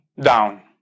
down